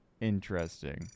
Interesting